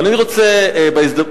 אבל אני רוצה בהזדמנות,